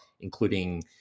including